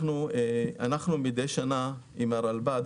מידי שנה עם הרלב"ד,